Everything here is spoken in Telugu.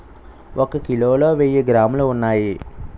ఒక కిలోలో వెయ్యి గ్రాములు ఉన్నాయి